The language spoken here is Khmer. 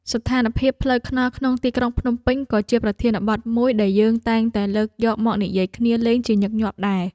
ស្ថានភាពផ្លូវថ្នល់ក្នុងទីក្រុងភ្នំពេញក៏ជាប្រធានបទមួយដែលយើងតែងតែលើកយកមកនិយាយគ្នាលេងជាញឹកញាប់ដែរ។